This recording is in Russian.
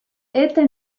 это